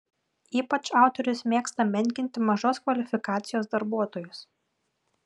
ypač autorius mėgsta menkinti mažos kvalifikacijos darbuotojus